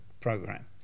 program